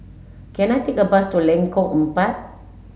can I take a bus to Lengkok Empat